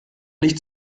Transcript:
nicht